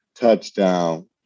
touchdown